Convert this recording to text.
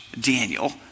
Daniel